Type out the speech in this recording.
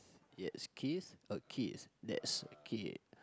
yes a kith a kith that's kith